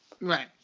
Right